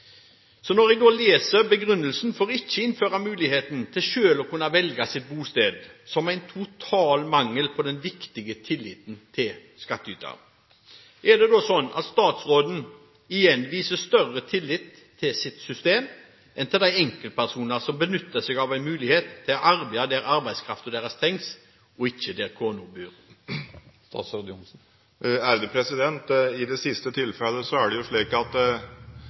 Så når jeg leser begrunnelsen for ikke å innføre muligheten til selv å kunne velge sitt bosted, som er en total mangel på den viktige tilliten til skattyteren, er det da slik at statsråden igjen viser større tillit til sitt system enn til de enkeltpersoner som benytter seg av en mulighet til å arbeide der arbeidskraften deres trengs, og ikke der kona bor? I det siste tilfellet er det slik at